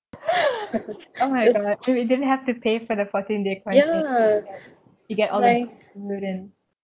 oh my god we didn't have to pay for the fourteen days quarantine she got all this included